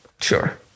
Sure